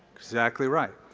exactly right.